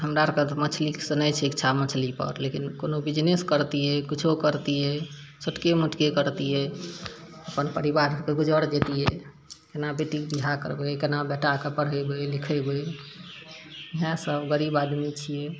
हमरा आरके मछलीसँ नहि छै इच्छा मछलीपर लेकिन कोनो बिजनेस करतियै किछो करतियै छोटके मोटके करतियै अपन परिवारके गुजर जैतियै केना बेटीके बियाह करबय केना बेटाके पढ़ेबय लिखेबय इएहे सभ गरीब आदमी छियै